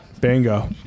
Bingo